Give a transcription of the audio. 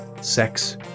sex